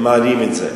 הם מעלים את זה,